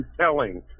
telling